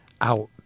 out